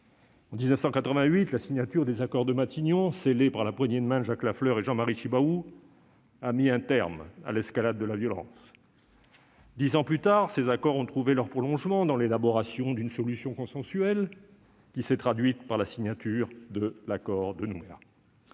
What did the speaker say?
En 1988, la signature des accords de Matignon, scellés par la poignée de main de Jacques Lafleur et de Jean-Marie Tjibaou, a mis un terme à l'escalade de la violence. Dix ans plus tard, ces accords ont trouvé leur prolongement dans l'élaboration d'une solution consensuelle, qui s'est traduite par la signature de l'accord de Nouméa.